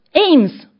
aims